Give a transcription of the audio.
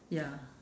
ya